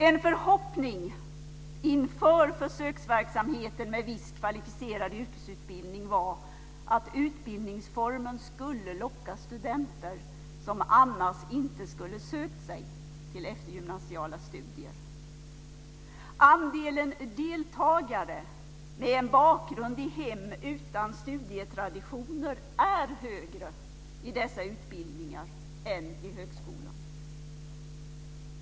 En förhoppning inför försöksverksamheten med viss kvalificerad yrkesutbildning var att utbildningsformen skulle locka studenter som annars inte skulle ha sökt sig till eftergymnasiala studier. Andelen deltagare med en bakgrund i hem utan studietraditioner är högre i dessa utbildningar än i högskolan.